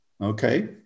okay